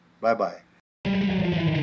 Bye-bye